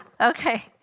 Okay